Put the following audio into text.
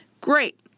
great